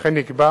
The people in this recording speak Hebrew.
וכן נקבע